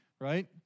right